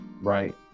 right